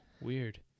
Weird